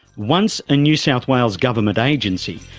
once a new south wales government agency,